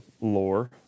lore